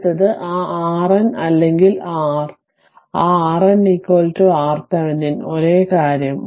അടുത്തത് ആ RN അല്ലെങ്കിൽ R ആ RN RThevenin ഒരേ കാര്യം